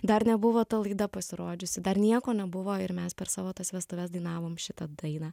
dar nebuvo ta laida pasirodžiusi dar nieko nebuvo ir mes per savo tas vestuves dainavom šitą dainą